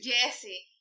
Jesse